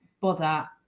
bother